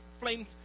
flame